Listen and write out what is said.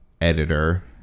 editor